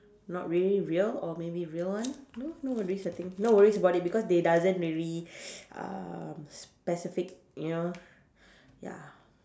not really real or maybe real one no worries I think no worries about it because they doesn't really um specific you know ya